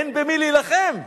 אין במי להילחם,